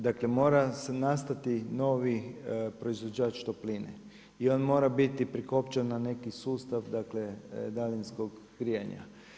Dakle mora nastati novi proizvođač topline i on mora biti prikopčan na neki sustav daljinskog grijanja.